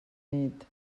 nit